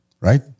Right